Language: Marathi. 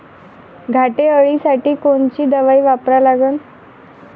घाटे अळी साठी कोनची दवाई वापरा लागन?